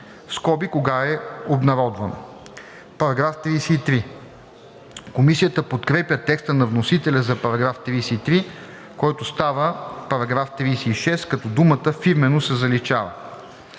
скоби кога е обнародван. § 33. Комисията подкрепя текста на вносителя за § 33, който става § 36, като думата „фирмено“ се заличава.